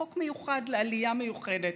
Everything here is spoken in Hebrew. חוק מיוחד לעלייה מיוחדת,